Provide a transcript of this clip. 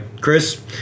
Chris